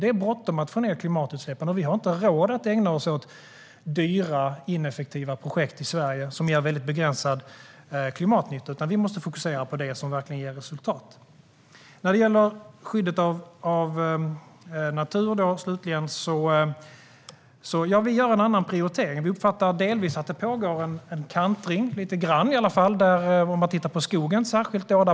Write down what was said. Det är bråttom att få ned klimatutsläppen, och vi har inte råd att ägna oss åt dyra, ineffektiva projekt i Sverige som ger väldigt begränsad klimatnytta, utan vi måste fokusera på det som verkligen ger resultat. När det slutligen gäller skyddet av natur gör vi en annan prioritering. Vi uppfattar delvis att det pågår en kantring, särskilt när man tittar på skogen.